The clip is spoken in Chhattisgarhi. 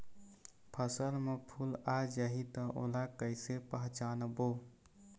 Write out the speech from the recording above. फसल म फूल आ जाही त ओला कइसे पहचानबो?